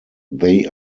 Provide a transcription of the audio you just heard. they